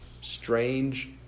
strange